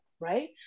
Right